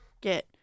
get